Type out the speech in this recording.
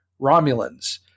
Romulans